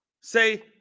Say